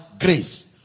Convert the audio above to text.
grace